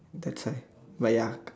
that's right but ya